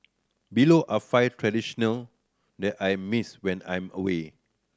below are five traditional that I miss when I'm away